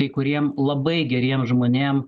kai kuriem labai geriem žmonėm